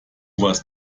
was